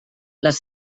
les